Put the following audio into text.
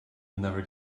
never